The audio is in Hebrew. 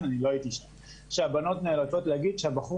אני לא הייתי שם והבנות נאלצות להגיד שהבחור